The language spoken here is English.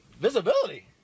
visibility